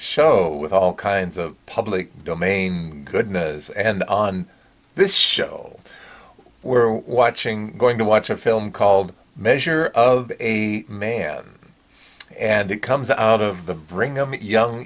show with all kinds of public domain goodness and on this show we're watching going to watch a film called measure of a man and it comes out of the bring a young